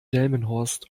delmenhorst